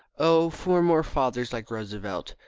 oh, for more fathers like roosevelt!